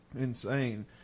insane